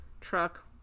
truck